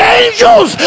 angels